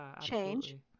change